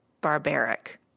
barbaric